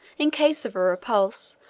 in case of a repulse,